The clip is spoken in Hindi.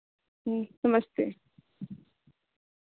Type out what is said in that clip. नमस्ते